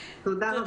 תודה.